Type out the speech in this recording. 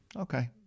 Okay